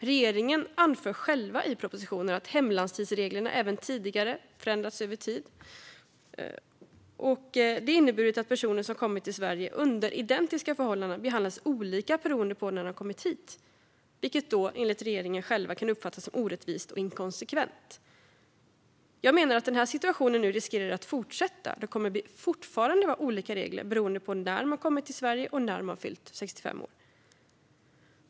Regeringen anför själv i propositionen att hemlandstidsreglerna även tidigare förändrats över tid, vilket inneburit att personer som kommit till Sverige under identiska förhållanden behandlats olika beroende på när de kommit hit. Detta kan enligt regeringen själv uppfattas som orättvist och inkonsekvent. Jag menar att denna situation riskerar att fortsätta, då det fortfarande kommer att vara olika regler beroende på när man kommit till Sverige och när man fyllt 65 år.